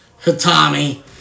Hitami